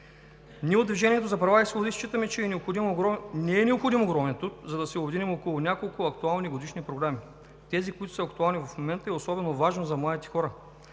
Ние от „Движението за права и свободи“ считаме, че не е необходим огромен труд, за да се обединим около няколко актуални годишни програми – тези, които са актуални в момента. Особено важно за младите хора